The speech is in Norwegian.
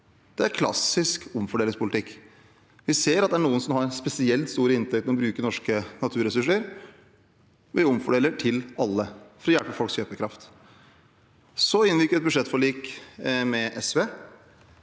Det er klassisk omfordelingspolitikk. Vi ser at det er noen som har en spesielt stor inntekt ved å bruke norske naturressurser, og vi omfordeler til alle, for å hjelpe folks kjøpekraft. Vi inngikk et budsjettforlik med SV,